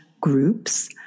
groups